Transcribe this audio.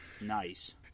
Nice